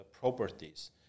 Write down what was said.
properties